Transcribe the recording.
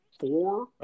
Four